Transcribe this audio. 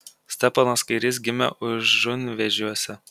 steponas kairys gimė užunvėžiuose